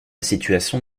situation